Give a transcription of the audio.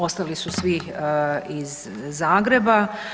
Ostali su svi iz Zagreba.